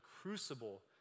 crucible